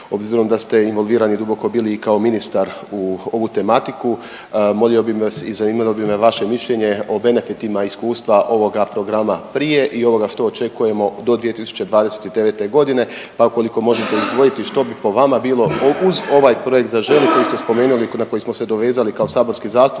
obzirom da ste involvirani duboko bili i kao ministar u ovu tematiku. Molio bih vas, zanimalo bi me vaše mišljenje o benefitima iskustva ovoga programa prije i ovoga što očekujemo do 2029. godine, pa ukoliko možete izdvojiti što bi po vama bilo uz ovaj projekt zaželi koji ste spomenuli, na koji smo se dovezali kao saborski zastupnici,